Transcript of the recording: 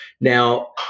Now